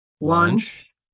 Lunch